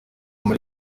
muri